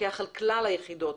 לפקח על כלל היחידות